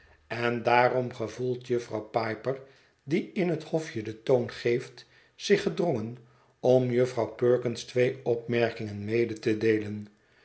en daarom gevoelt jufvrouw piper die in het hofje den toon geeft zich gedrongen om jufvrouw perkins twee opmerkingen mede te deelen